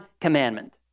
commandment